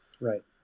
Right